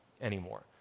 anymore